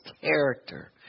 character